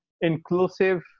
inclusive